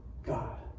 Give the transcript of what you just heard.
God